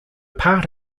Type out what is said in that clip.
part